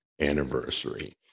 anniversary